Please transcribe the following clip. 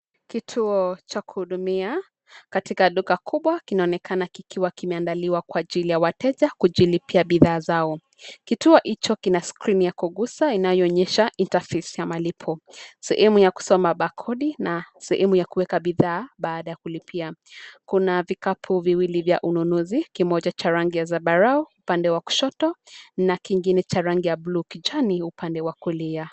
Kituo cha kuhudumia katika duka kubwa kinaonekana kikiwa kimeandaliwa kwa ajili ya wateja kujilipia bidhaa zao. Kituo hicho kina skirini ya kuguza inayo onyesha interface ya malipo sehemu ya kusoma barcode na sehemu ya kuweka bidhaa baada ya kulipia kuna vikapu viwili vya ununuzi kimoja cha rangi ya zambarau pande wa kushoto na kingine cha rangi ya bluu kijani upande wa kulia.